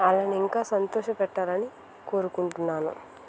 వాళ్ళని ఇంకా సంతోషపెట్టాలని కోరుకుంటున్నాను